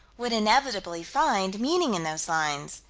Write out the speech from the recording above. would inevitably find meaning in those lines,